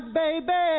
baby